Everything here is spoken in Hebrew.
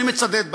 אני מצדד בה,